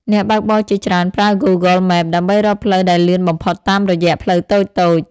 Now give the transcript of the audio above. អ្នកបើកបរជាច្រើនប្រើ Google Maps ដើម្បីរកផ្លូវដែលលឿនបំផុតតាមរយៈផ្លូវតូចៗ។